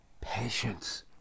patience